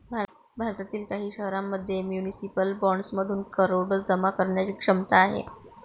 भारतातील काही शहरांमध्ये म्युनिसिपल बॉण्ड्समधून करोडो जमा करण्याची क्षमता आहे